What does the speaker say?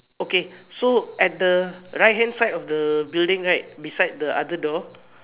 okay so at the right hand side of the building right beside the other door